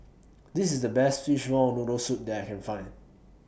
This IS The Best Fishball Noodle Soup that I Can Find